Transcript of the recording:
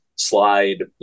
slide